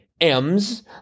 m's